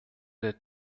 der